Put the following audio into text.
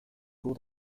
cours